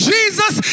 Jesus